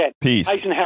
Peace